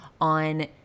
on